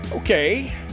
Okay